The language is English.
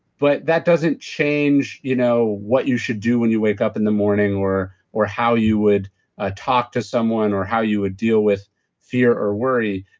but that doesn't change you know what you should do when you wake up in the morning or or how you would ah talk to someone or how you would deal with fear or worry.